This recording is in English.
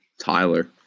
Tyler